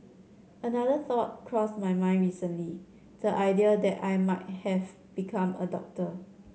another thought crossed my mind recently the idea that I might have become a doctor